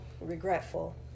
regretful